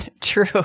True